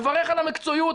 מברך על המקצועיות,